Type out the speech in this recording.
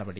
നടപടി